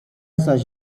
zaś